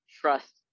trust